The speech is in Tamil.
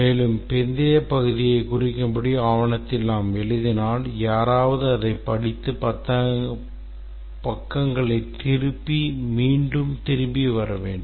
மேலும் பிந்தைய பகுதியைக் குறிக்கும்படி ஆவணத்தில் நாம் எழுதினால் யாராவது அதைப் படித்து பக்கங்களைத் திருப்பி மீண்டும் திரும்பி வர வேண்டும்